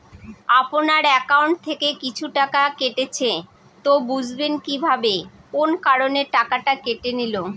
আপনার একাউন্ট থেকে কিছু টাকা কেটেছে তো বুঝবেন কিভাবে কোন কারণে টাকাটা কেটে নিল?